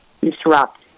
disrupt